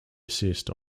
assist